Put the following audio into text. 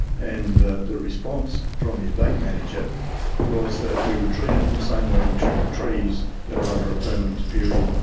and the the response from his bank manager was that we would treat it in the same way we treat trees that are under a permanence period,